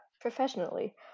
Professionally